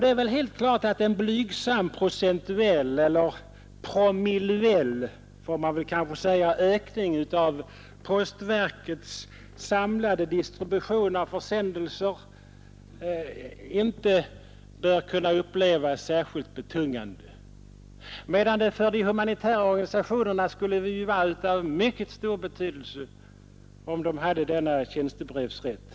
Det är väl helt klart att postverket inte bör kunna uppleva en procentuell eller snarare ”promillell” ökning av den samlade distributionen som särskilt betungande. För de humanitära organisationerna skulle det emellertid vara av mycket stor betydelse att ha tjänstebrevsrätt.